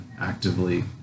actively